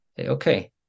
Okay